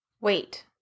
Wait